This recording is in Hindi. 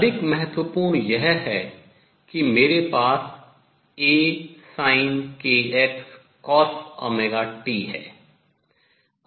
अधिक महत्वपूर्ण यह है कि मेरे पास A sinkx cosωt है